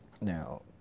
Now